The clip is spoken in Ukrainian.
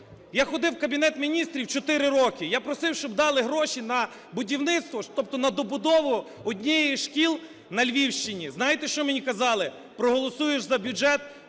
Я ходив в Кабінету Міністрів чотири роки, я просив, щоб дали гроші на будівництво, тобто на добудову однієї з шкіл на Львівщині. Знаєте, що мені казали? Проголосуєш за бюджет